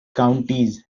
counties